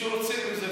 כשרוצים אז אפשר.